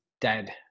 dead